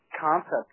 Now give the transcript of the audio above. concept